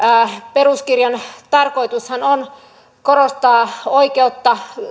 peruskirjan tarkoitushan on korostaa oikeutta